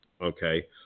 okay